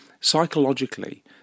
psychologically